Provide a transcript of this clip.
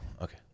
Okay